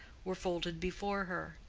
were folded before her,